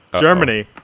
Germany